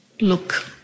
look